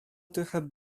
trochę